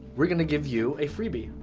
we're gonna give you a freebie.